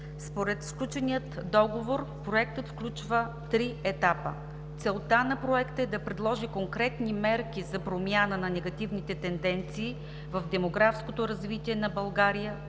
Според сключения договор проектът включва три етапа. Целта на проекта е да предложи конкретни мерки за промяна на негативните тенденции в демографското развитие на България